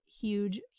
huge